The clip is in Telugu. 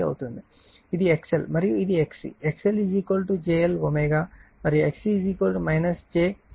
ఇది XL మరియు ఇది XC XL JL ω మరియు XC j ω C